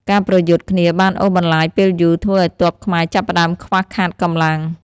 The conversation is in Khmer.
ការប្រយុទ្ធគ្នាបានអូសបន្លាយពេលយូរ ធ្វើឱ្យទ័ពខ្មែរចាប់ផ្ដើមខ្វះខាតកម្លាំង។